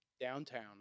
downtown